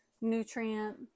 nutrient